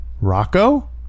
Rocco